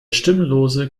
stimmlose